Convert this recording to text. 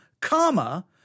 comma